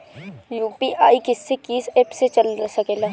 UPI किस्से कीस app से चल सकेला?